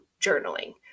journaling